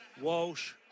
Walsh